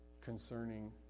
concerning